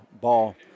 ball